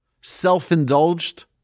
self-indulged